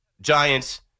Giants